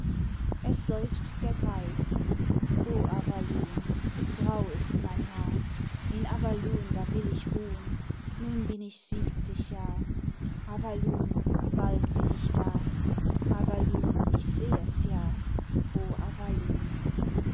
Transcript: es seufzt der greis o avalun grau ist mein haar in avalun da will ich ruh'n nun bin ich siebzig jahr avalun bald bin ich da avalun ich seh es ja o